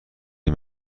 این